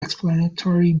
explanatory